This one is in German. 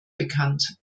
bekannt